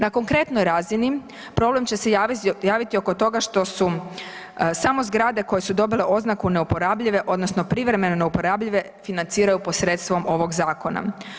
Na konkretnoj razini problem će se javiti oko toga što su samo zgrade koje su dobile oznaku neuporabljive odnosno privremeno neuporabljive financiraju posredstvom ovog zakona.